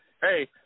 Hey